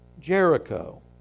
Jericho